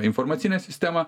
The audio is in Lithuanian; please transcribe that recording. informacinę sistemą